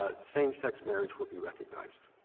ah same-sex marriage will be recognized.